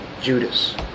Judas